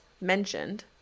mentioned